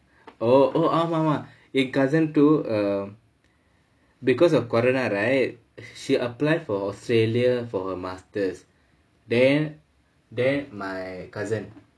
oh oh ஆமாமா என்:aamaamaa en cousin too uh because of corona right she apply for australia for her masters then then my cousin